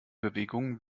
bewegungen